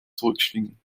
zurückschwingen